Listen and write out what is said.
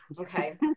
Okay